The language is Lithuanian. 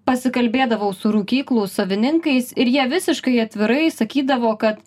pasikalbėdavau su rūkyklų savininkais ir jie visiškai atvirai sakydavo kad